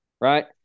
right